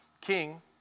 king